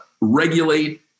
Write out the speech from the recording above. regulate